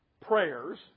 prayers